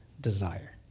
desire